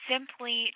Simply